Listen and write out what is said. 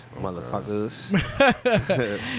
motherfuckers